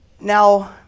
Now